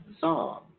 song